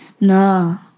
No